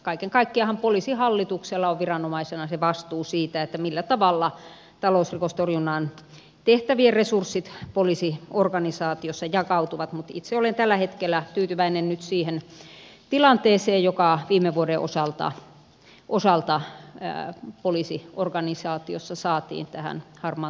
kaiken kaikkiaanhan poliisihallituksella on viranomaisena se vastuu siitä millä tavalla talousrikostorjunnan tehtävien resurssit poliisiorganisaatiossa jakautuvat mutta itse olen tällä hetkellä tyytyväinen nyt siihen tilanteeseen joka viime vuoden osalta poliisiorganisaatiossa saatiin tässä harmaan talouden torjunnassa